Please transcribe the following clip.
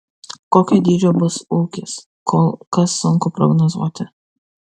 kokio dydžio bus ūkis kol kas sunku prognozuoti